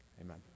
Amen